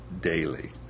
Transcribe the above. daily